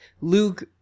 Luke